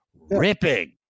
ripping